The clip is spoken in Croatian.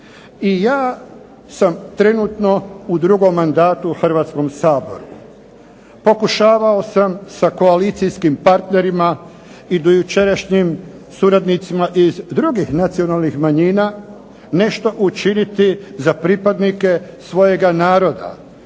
I ja sam trenutno u drugom mandatu u Hrvatskom saboru. Pokušavao sam sa koalicijskim partnerima i dojučerašnjim suradnicima iz drugih nacionalnih manjina nešto učiniti za pripadnike svojega naroda